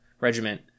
regiment